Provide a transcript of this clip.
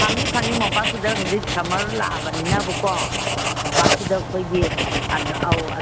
ꯐꯪꯏ ꯐꯪꯏ ꯃꯣꯝꯄꯥꯛ ꯐꯤꯗꯛ ꯍꯧꯖꯤꯛ ꯁꯝꯃꯔ ꯂꯥꯛꯂꯕꯅꯤꯅꯕꯀꯣ ꯃꯣꯝꯄꯥꯛ ꯐꯤꯗꯛ ꯑꯩꯈꯣꯏꯒꯤ ꯑꯧ